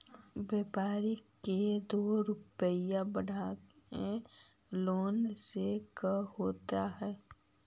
व्यापारिक के दो रूपया बढ़ा के लेने से का होता है?